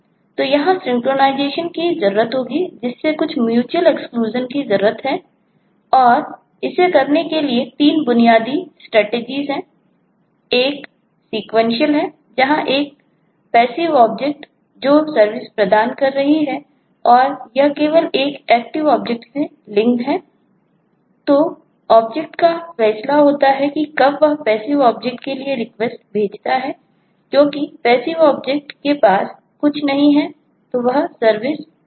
तो यहां सिंक्रोनाइजेशन के पास कुछ नहीं है तो वह सर्विस देगा